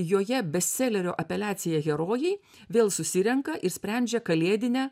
joje bestselerio apeliacija herojai vėl susirenka ir sprendžia kalėdinę